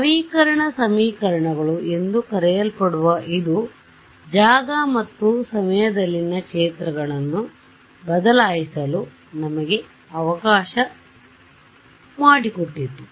ನವೀಕರಣ ಸಮೀಕರಣಗಳು ಎಂದು ಕರೆಯಲ್ಪಡುವ ಇದು ಜಾಗ ಮತ್ತು ಸಮಯದಲ್ಲಿನ ಕ್ಷೇತ್ರಗಳನ್ನು ಬದಲಾಯಿಸಲು ನಮಗೆ ಅವಕಾಶ ಮಾಡಿಕೊಟ್ಟಿತು